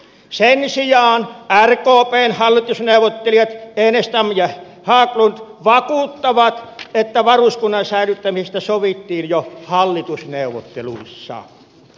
sen sijaan rkpn hallitusneuvottelijat enestam ja haglund vakuuttavat että varuskunnan säilyttämisestä sovittiin jo hallitusneuvotteluissa